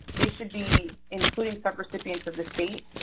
they should be including sub-recipients of the state.